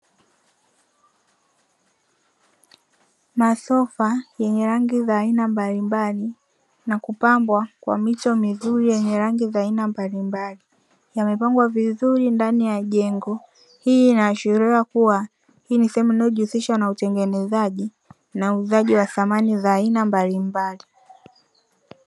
Masofa yenye rangi za aina mbalimbali na kupambwa kwa mito mizuri, yenye rangi za aina mbalimbali yamepangwa vizuri ndani ya jengo, hii inaashiria kuwa hii ni sehemu inayojihusisha na utengenezaji na uuzaji wa samani za aina mbalimbali.